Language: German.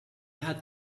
hat